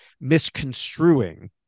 misconstruing